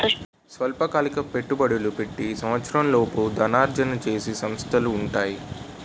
స్వల్పకాలిక పెట్టుబడులు పెట్టి సంవత్సరంలోపు ధనార్జన చేసే సంస్థలు ఉంటాయి